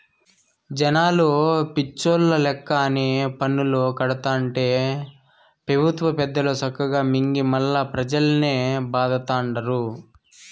జనాలు పిచ్చోల్ల లెక్క అన్ని పన్నులూ కడతాంటే పెబుత్వ పెద్దలు సక్కగా మింగి మల్లా పెజల్నే బాధతండారు